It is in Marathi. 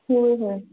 होय होय